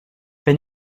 wenn